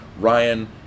Ryan